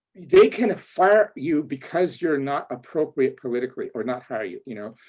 they can fire you because you're not appropriate politically or not hire you, you know.